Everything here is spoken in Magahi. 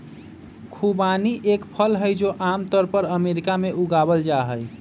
खुबानी एक फल हई, जो आम तौर पर अमेरिका में उगावल जाहई